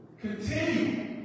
Continue